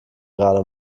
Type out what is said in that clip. gerade